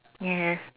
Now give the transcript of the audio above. yes